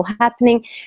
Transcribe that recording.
happening